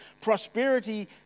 prosperity